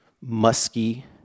musky